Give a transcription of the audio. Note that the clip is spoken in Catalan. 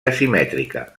asimètrica